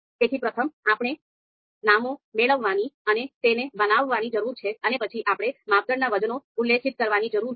તેથી પ્રથમ આપણે નામો મેળવવાની અને તેને બનાવવાની જરૂર છે અને પછી આપણે માપદંડના વજનનો ઉલ્લેખ કરવાની જરૂર છે